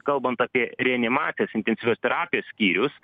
kalbant apie reanimacijos intensyvios terapijos skyrius